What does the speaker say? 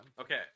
Okay